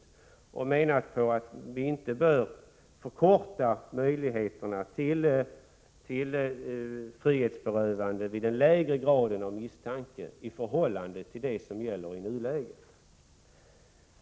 Vi har menat att man inte bör minska möjligheterna till frihetsberövande vid den lägre graden av misstanke i förhållande till vad som gäller i nuläget.